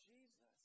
Jesus